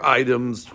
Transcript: items